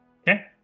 Okay